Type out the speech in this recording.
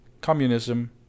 communism